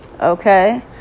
Okay